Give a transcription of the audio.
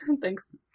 Thanks